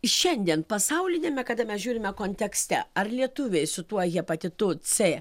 šiandien pasauliniame kada mes žiūrime kontekste ar lietuviai su tuo hepatitu c